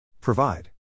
Provide